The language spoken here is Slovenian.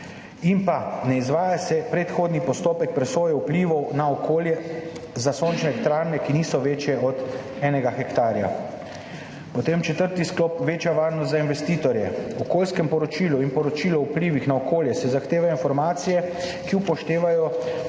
in pa ne izvaja se predhodni postopek presoje vplivov na okolje za sončne elektrarne, ki niso večje od enega hektarja. Potem četrti sklop, večja varnost za investitorje. V okoljskem poročilu in poročilu o vplivih na okolje se zahtevajo informacije, ki upoštevajo